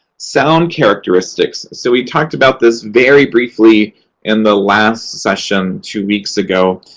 sound characteristics. so, we talked about this very briefly in the last session two weeks ago.